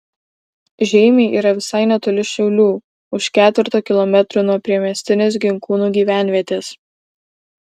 žeimiai yra visai netoli šiaulių už ketverto kilometrų nuo priemiestinės ginkūnų gyvenvietės